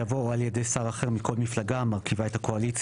יבוא 'או על ידי שר אחר מכל מפלגה המרכיבה את הקואליציה'.